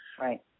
Right